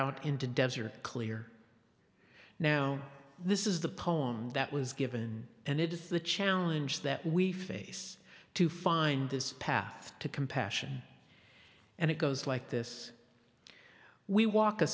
out into desert clear now this is the poem that was given and it is the challenge that we face to find this path to compassion and it goes like this we walk a